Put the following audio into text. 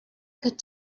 could